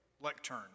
lectern